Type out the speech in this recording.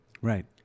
Right